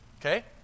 Okay